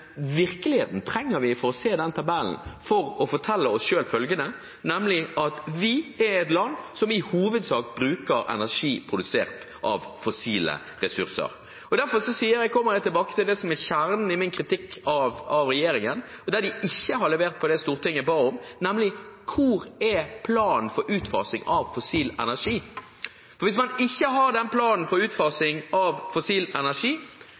virkeligheten trenger vi for å se den tabellen, for å fortelle oss selv følgende: At vi er et land som i hovedsak bruker energi produsert av fossile ressurser. Derfor kommer jeg tilbake til det som er kjernen i min kritikk av regjeringen, og der de ikke har levert på det som Stortinget ba om, nemlig: Hvor er planen for utfasing av fossil energi? Hvis man ikke har den planen for utfasing av fossil energi,